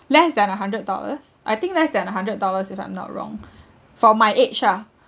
less than a hundred dollars I think less than a hundred dollars if I'm not wrong for my age ah